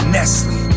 Nestle